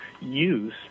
use